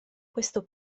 questo